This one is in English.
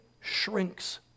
shrinks